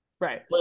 right